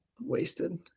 wasted